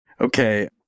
Okay